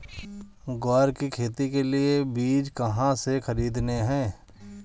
ग्वार की खेती के लिए बीज कहाँ से खरीदने हैं?